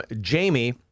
Jamie